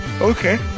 Okay